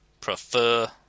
prefer